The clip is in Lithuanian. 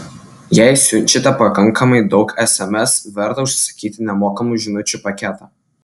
jei siunčiate pakankamai daug sms verta užsisakyti nemokamų žinučių paketą